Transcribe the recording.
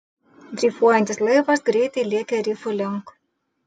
dreifuojantis laivas greitai lėkė rifų link